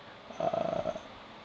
err